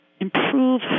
improve